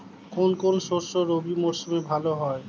কোন কোন শস্য রবি মরশুমে ভালো হয়?